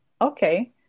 okay